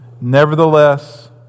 Nevertheless